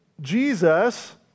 Jesus